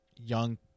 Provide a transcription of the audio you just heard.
young